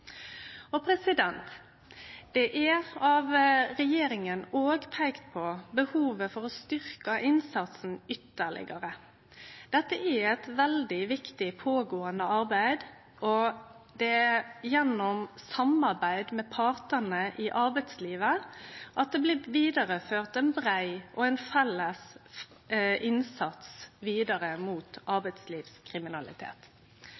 Regjeringa peikar òg på behovet for å styrkje innsatsen ytterlegare. Dette er eit veldig viktig og pågåande arbeid. Det er gjennom samarbeid med partane i arbeidslivet at det blir vidareført ein brei og felles innsats mot